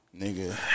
Nigga